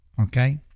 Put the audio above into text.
okay